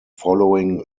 following